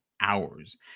hours